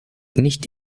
nicht